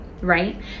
right